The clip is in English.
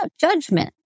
judgment